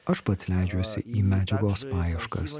aš pats leidžiuosi į medžiagos paieškas